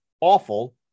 awful